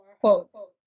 quotes